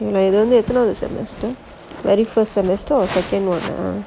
உங்களுக்கு இது வந்து எத்தனாவது:ungalukku ithu vanthu ethanaavathu semester very first semester or second one ah